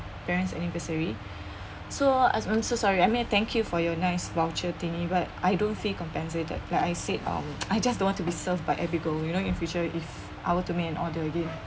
parents anniversary so I'm so sorry I mean thank you for your nice voucher thing but I don't feel compensated like I said um I just don't want to be served by abigail you know in future if I were to make an order again